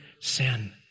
sin